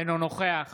אינו נוכח